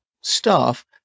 staff